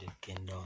kingdom